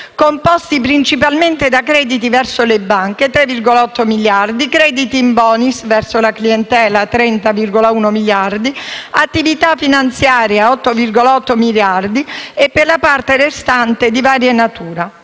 composti principalmente da crediti verso le banche (3,8 miliardi), crediti in *bonis* verso la clientela (30,1 miliardi), attività finanziaria (8,8 miliardi) e per la parte restante di varia natura.